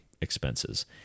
expenses